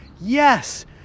Yes